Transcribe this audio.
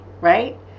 right